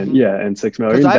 yeah, and six million.